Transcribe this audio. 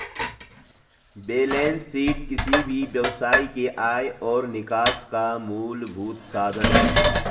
balance sheet किसी भी व्यवसाय के आय और निकास का मूलभूत साधन है